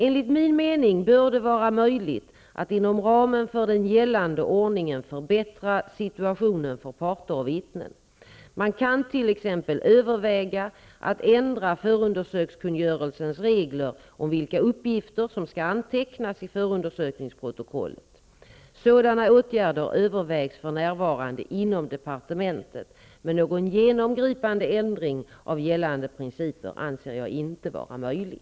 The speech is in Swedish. Enligt min mening bör det vara möjligt att inom ramen för den gällande ordningen förbättra situationen för parter och vittnen. Man kan t.ex. överväga att ändra förundersökningskungörelsens regler om vilka uppgifter som skall antecknas i förundersökningsprotokollet. Sådana åtgärder övervägs för närvarande inom departementet, men någon genomgripande ändring av de gällande principerna anser jag inte vara möjlig.